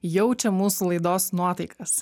jaučia mūsų laidos nuotaikas